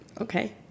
Okay